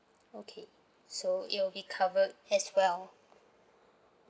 okay so it will be covered as well